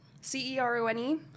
C-E-R-O-N-E